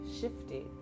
shifted